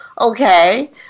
Okay